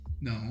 No